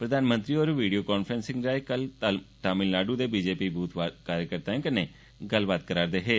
प्रधानमंत्री होर video conferencing राएं कल तमिलनाड़ दे बीजे ी ब्रथ कार्यकर्ताएं कन्न गल्लबात करा' रदे हे